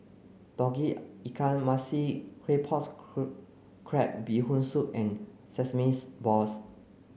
Tauge Ikan Masin Claypot crab Bee Hoon soup and sesames balls